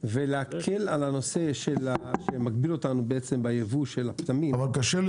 ולהקל על הנושא במגביל אותנו בייבוא של פטמים.